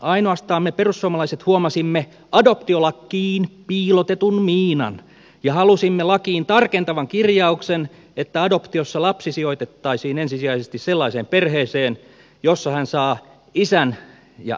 ainoastaan me perussuomalaiset huomasimme adoptiolakiin piilotetun miinan ja halusimme lakiin tarkentavan kirjauksen siitä että adoptiossa lapsi sijoitettaisiin ensisijaisesti sellaiseen perheeseen jossa hän saa isän ja äidin